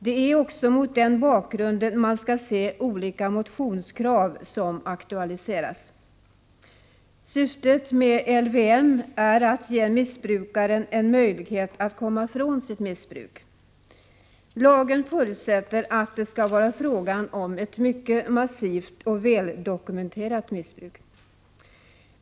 Det är också mot den bakgrunden man skall se de olika motionskrav som aktualiserats. Syftet med LVM är att ge missbrukaren en möjlighet att komma ifrån sitt missbruk. Lagen förutsätter att det skall vara fråga om ett mycket massivt och väldokumenterat missbruk.